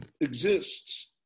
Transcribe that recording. exists